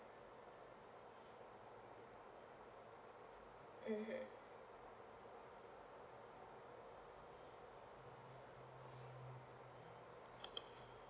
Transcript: mmhmm